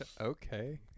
Okay